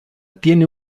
tiene